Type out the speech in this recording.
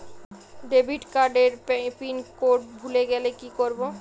Debit card এর pin code ভুলে গেলে কি করব?